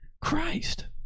Christ